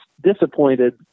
disappointed